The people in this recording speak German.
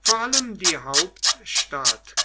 vor allem die hauptstadt